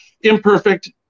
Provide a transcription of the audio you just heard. imperfect